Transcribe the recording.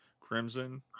crimson